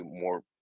more